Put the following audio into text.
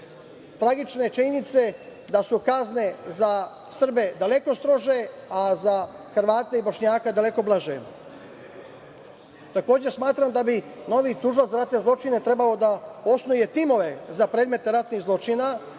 tragične činjenice da su kazne za Srbe daleko strože, a za Hrvate i Bošnjake daleko blaže. Takođe smatram da bi novi tužilac za ratne zločine trebalo da osnuje timove za predmete ratnih zločina